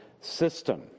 system